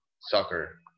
soccer